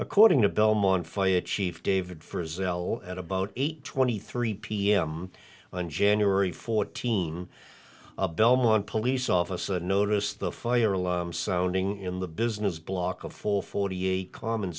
according to belmont fire chief david for ezell at about eight twenty three pm on january fourteenth belmont police officer noticed the fire alarm sounding in the business block a full forty eight common